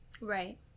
Right